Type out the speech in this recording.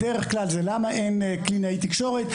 בדרך כלל זה למה אין קלינאית תקשורת,